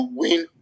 win